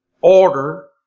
Order